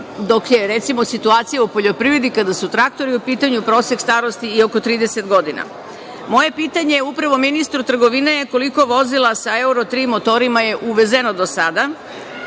dok je, recimo, situacija u poljoprivredi, kada su traktori u pitanju, prosek starosti je oko 30 godina. Moje pitanje je upućeno ministru trgovine - koliko vozila sa evro 3 motorima je uvezeno do sada?